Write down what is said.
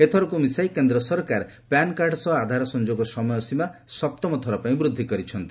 ଏଥରକ୍ତ ମିଶାଇ କେନ୍ଦ୍ର ସରକାର ପ୍ୟାନ କାର୍ଡ ସହ ଆଧାର ସଂଯୋଗ ସମୟ ସୀମା ସପ୍ତମ ଥର ପାଇଁ ବୃଦ୍ଧି କରିଛନ୍ତି